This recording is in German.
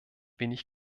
wenig